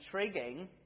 intriguing